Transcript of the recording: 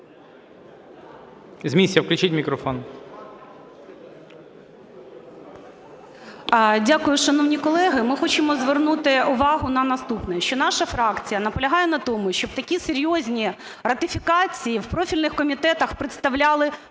Дякую, шановні колеги. Ми хочемо звернути увагу на наступне, що наша фракція наполягає на тому, щоб такі серйозні ратифікації в профільних комітетах представляли